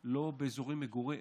לא יהיה באזורי מגורים,